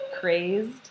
crazed